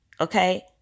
okay